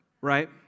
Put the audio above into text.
right